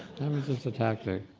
um was just a tactic.